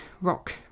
Rock